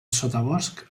sotabosc